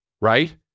Right